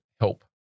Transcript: help